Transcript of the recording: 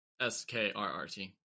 S-K-R-R-T